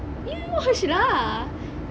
you wash lah